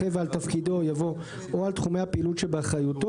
אחרי "ועל תפקידו" יבוא "או על תחומי הפעילות שבאחריותו".